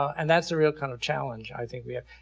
and that's a real kind of challenge i think we have.